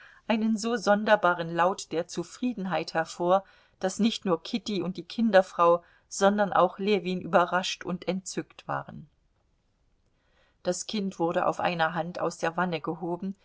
einen so sonderbaren laut der zufriedenheit hervor daß nicht nur kitty und die kinderfrau sondern auch ljewin überrascht und entzückt waren das kind wurde auf einer hand aus der wanne gehoben